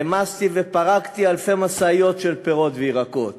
העמסתי ופרקתי אלפי משאיות של פירות וירקות